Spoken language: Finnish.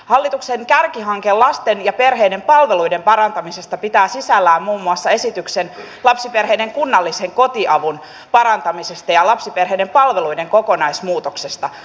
hallituksen kärkihanke lasten ja perheiden palveluiden parantamisesta pitää sisällään muun muassa esityksen lapsiperheiden kunnallisen kotiavun parantamisesta ja lapsiperheiden palveluiden kokonaismuutoksesta